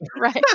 Right